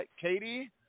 Katie